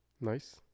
Nice